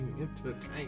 Entertainment